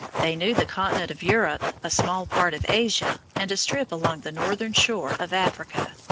they knew the continent of europe, a small part of asia, and a strip along the northern shore of africa.